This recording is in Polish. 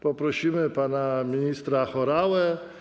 Poprosimy pana ministra Horałę.